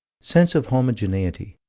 sense of homogeneity,